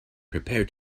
prepare